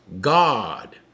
God